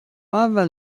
اول